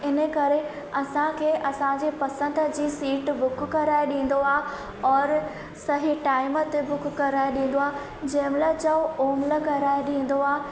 इन करे असांखे असांजे पसंद जी सीट बुक कराए ॾींदो आहे औरि सही टाइम ते बुक कराए ॾींदो आहे जंहिंमहिल चओ ओमहिल कराए ॾींदो आहे